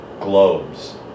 globes